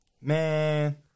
man